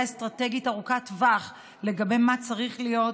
אסטרטגית ארוכת טווח לגבי מה שצריך להיות,